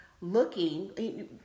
looking